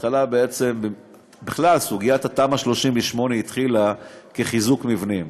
בכלל, סוגיית תמ"א 38 התחילה כחיזוק מבנים.